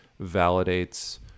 validates